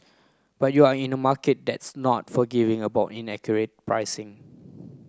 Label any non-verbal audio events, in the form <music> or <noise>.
but you're in a market that's not forgiving about inaccurate pricing <noise>